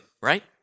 right